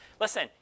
listen